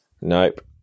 Nope